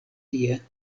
tie